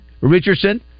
Richardson